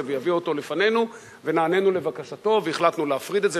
ויביא אותו לפנינו ונענינו לבקשתו והחלטנו להפריד את זה